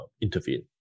intervene